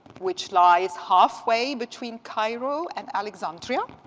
which lies halfway between cairo and alexandria.